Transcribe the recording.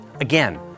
again